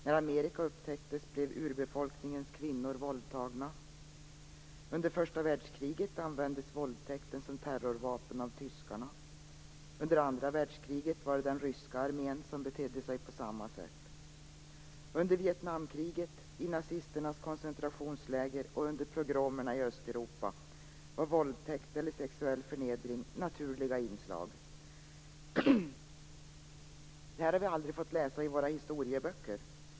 När Amerika upptäcktes blev urbefolkningens kvinnor våldtagna. Under första världskriget användes våldtäkten som terrorvapen av tyskarna. Under andra världskriget var det den ryska armén som betedde sig på samma sätt. Under Vietnamkriget, i nazisternas koncentrationsläger och under pogromerna i Östeuropa var våldtäkt eller sexuell förnedring naturliga inslag. Det här har vi aldrig fått läsa om i våra historieböcker.